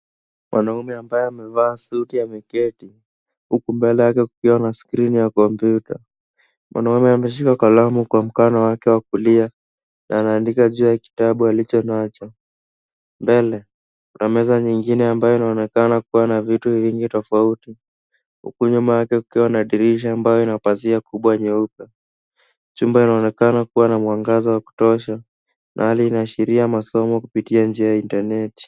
Mwanaume ambaye amevaa suti ameketi huku mbele yake kukiwa na skrini ya kompyuta. Mwanaume ameshika kalamu kwa mkono wake wa kulia na anaandika juu ya kitabu alicho nacho. Mbele kuna meza nyingine ambayo inaonekana kuwa na vitu vingi tofauti huku nyuma yake kukiwa na dirisha ambayo ina pazia kubwa nyeupe. Chumba inaonekana kuwa na mwangaza wa kutosha na inaashiria masomo kupitia njia ya intaneti.